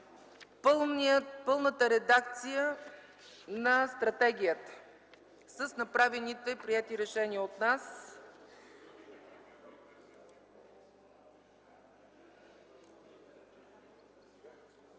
пълната редакция на Стратегията с направените и приети от нас